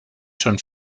schon